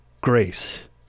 grace